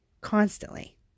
constantly